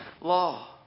law